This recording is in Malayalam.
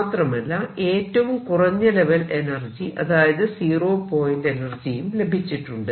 മാത്രമല്ല ഏറ്റവും കുറഞ്ഞ ലെവൽ എനർജി അതായത് 0 പോയിന്റ് എനർജിയും ലഭിച്ചിട്ടുണ്ട്